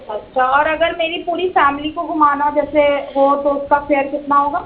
اچھا اور اگر میری پوری فیملی کو گھمانا جیسے ہو تو اس کا فیئر کتنا ہوگا